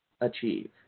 achieve